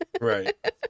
right